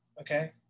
okay